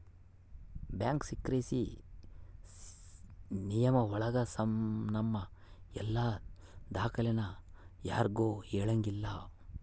bank secrecy ನಿಯಮ ಒಳಗ ನಮ್ ಎಲ್ಲ ದಾಖ್ಲೆನ ಯಾರ್ಗೂ ಹೇಳಂಗಿಲ್ಲ